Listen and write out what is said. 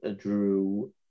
Drew